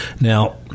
now